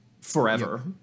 forever